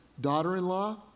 daughter-in-law